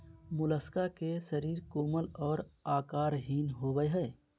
Mollusca के शरीर कोमल और आकारहीन होबय हइ